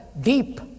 deep